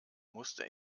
musste